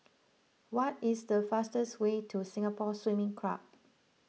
what is the fastest way to Singapore Swimming Club